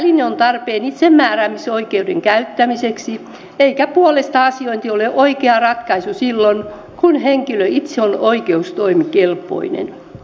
tunnistautumisväline on tarpeen itsemääräämisoikeuden käyttämiseksi eikä puolesta asiointi ole oikea ratkaisu silloin kun henkilö itse on oikeustoimikelpoinen